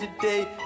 today